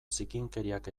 zikinkeriak